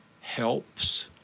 helps